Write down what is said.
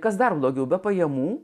kas dar blogiau be pajamų